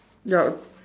yup